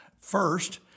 First